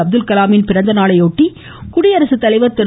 அப்துல்கலாமின் பிறந்தநாளையொட்டி குடியரசுத்தலைவர் திரு